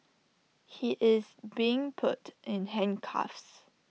he is being put in handcuffs